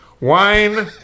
Wine